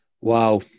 Wow